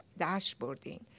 dashboarding